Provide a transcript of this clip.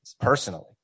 personally